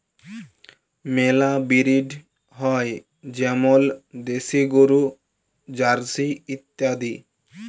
মেলা ব্রিড হ্যয় যেমল দেশি গরু, জার্সি ইত্যাদি